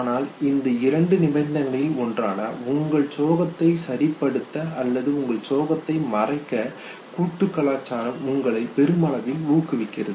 ஆனால் இந்த இரண்டு நிபந்தனைகளில் ஒன்றான உங்கள் சோகத்தை சரிப்படுத்த அல்லது உங்கள் சோகத்தை மறைக்க கூட்டு கலாச்சாரம் உங்களை பெருமளவில் ஊக்குவிக்கிறது